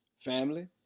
Family